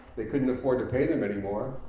they couldn't afford to pay them anymore.